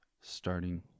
starting